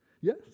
Yes